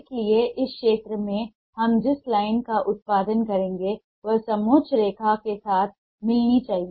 इसलिए इस क्षेत्र में हम जिस लाइन का उत्पादन करेंगे वह समोच्च रेखा के साथ मिलनी चाहिए